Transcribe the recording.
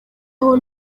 aho